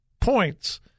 points